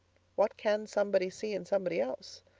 what can somebody see in somebody else?